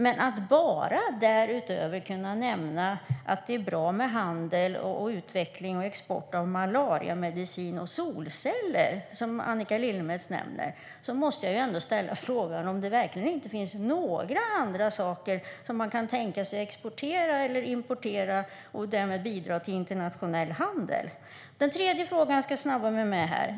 Men om man därutöver nämner att det bara är bra med handel, utveckling och export av malariamedicin och solceller, som Annika Lillemets nämner, måste jag ändå fråga om det verkligen inte finns några andra saker som man kan tänka sig att exportera eller importera och därmed bidra till internationell handel med. Den tredje frågan ska jag snabba mig med.